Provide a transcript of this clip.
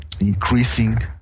increasing